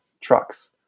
trucks